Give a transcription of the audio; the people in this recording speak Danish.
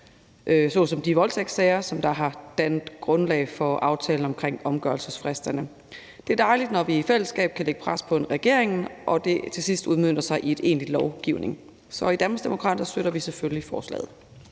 såsom de voldtægtssager, som har dannet grundlag for aftalen om omgørelsesfristerne. Det er dejligt, når vi i fællesskab kan lægge pres på regeringen og det til sidst udmønter sig i egentlig lovgivning. Så i Danmarksdemokraterne støtter vi selvfølgelig forslaget.